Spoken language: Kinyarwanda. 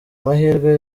mahirwe